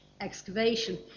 excavation